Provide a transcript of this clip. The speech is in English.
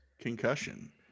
concussion